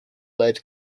led